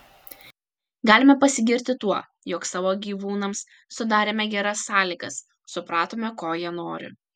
galime pasigirti tuo jog savo gyvūnams sudarėme geras sąlygas supratome ko jie nori